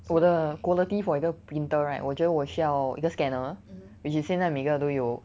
我的 quality for 一个 printer right 我觉得我需要一个 scanner which is 现在每个都有